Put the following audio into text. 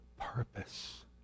purpose